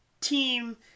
team